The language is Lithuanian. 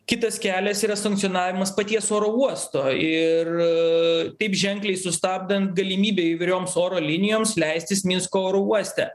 kitas kelias yra sankcionavimas paties oro uosto ir taip ženkliai sustabdant galimybę įvairioms oro linijoms leistis minsko oro uoste